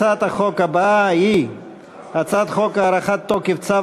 הצעת החוק הבאה היא הצעת חוק הארכת תוקף צו